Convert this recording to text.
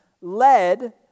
led